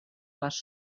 les